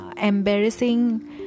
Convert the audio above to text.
embarrassing